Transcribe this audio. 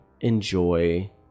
enjoy